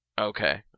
Okay